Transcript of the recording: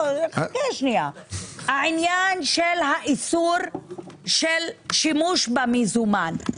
העניין של האיסור של שימוש במזומן.